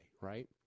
right